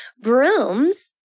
Brooms